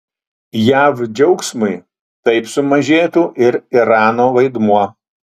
jav džiaugsmui taip sumažėtų ir irano vaidmuo